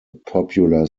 popular